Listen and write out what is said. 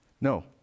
no